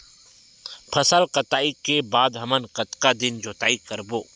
फसल कटाई के बाद हमन कतका दिन जोताई करबो?